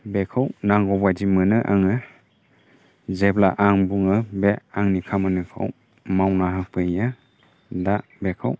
बेङो बेखौ नांगौबादि मोनो आङो जेब्ला आं बुङो बे आंनि खामानिखौ मावना होफैयो दा बेखौ